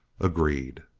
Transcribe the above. agreed.